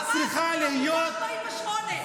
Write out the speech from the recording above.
עמותת 48,